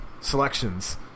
selections